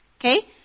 Okay